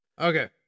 Okay